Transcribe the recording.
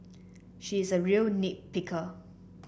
she is a real nit picker